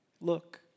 Look